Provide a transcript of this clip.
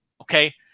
okay